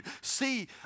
see